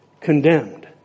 condemned